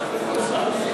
עישנו.